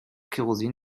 kerosin